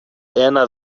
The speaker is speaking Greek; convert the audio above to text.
ένα